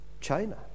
China